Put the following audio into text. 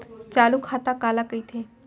चालू खाता काला कहिथे?